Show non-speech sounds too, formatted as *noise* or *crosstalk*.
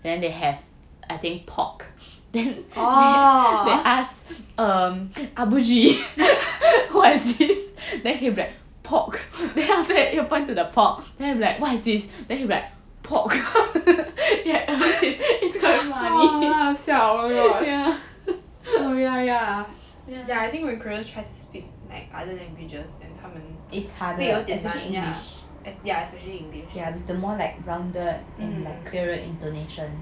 oh *laughs* !wah! 很好笑 oh my god oh yeah yeah yeah I think when koreans try to speak like other languages then 他们会有一点难 yeah yeah especially english mm